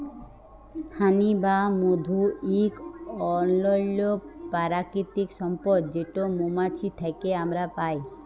হানি বা মধু ইক অনল্য পারকিতিক সম্পদ যেট মোমাছি থ্যাকে আমরা পায়